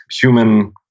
human